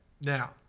Now